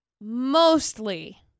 mostly